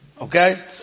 Okay